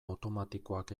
automatikoak